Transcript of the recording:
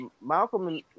Malcolm